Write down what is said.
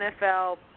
NFL